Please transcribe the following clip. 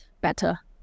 better